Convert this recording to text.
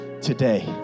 today